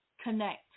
Connect